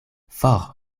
for